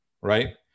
Right